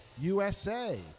USA